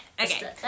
Okay